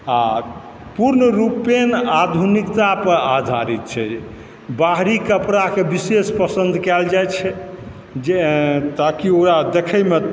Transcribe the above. हँ पूर्णरूपेण आधुनिकतापर आधारित छै बाहरी कपड़ाके विशेष पसन्द कयल जाइत छै जे ताकि वएह देखैमे